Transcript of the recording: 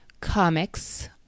comics